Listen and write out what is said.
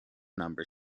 number